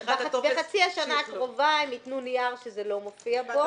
בחצי שנה הקרובה הם יתנו נייר שזה לא מופיע בו?